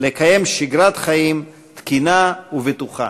לקיים שגרת חיים תקינה ובטוחה.